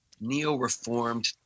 neo-reformed